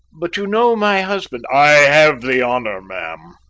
but you know my husband i have the honour, ma'am,